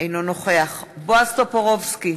אינו נוכח בועז טופורובסקי,